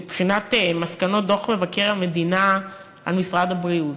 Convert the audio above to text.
במסקנות דוח מבקר המדינה על משרד הבריאות?